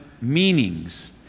meanings